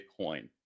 Bitcoin